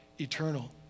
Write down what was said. eternal